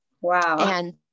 Wow